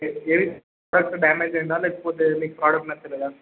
first damage అయిందా లేకపోతే మీకు ప్రోడక్ట్ నచ్చలేదా